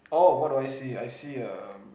oh what do I see I see a